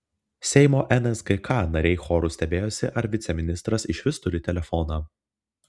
seimo nsgk nariai choru stebėjosi ar viceministras išvis turi telefoną